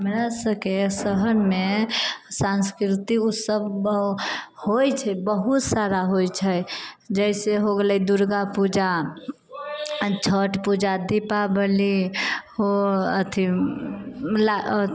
हमरा सबके शहरमे सांस्कृतिक उत्सव होइ छै बहुत सारा होइ छै जैसे हो गेलै दुर्गा पूजा छठ पूजा दीपावली अथी